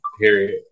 period